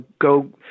go